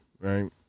right